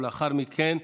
ולאחר מכן,